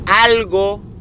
algo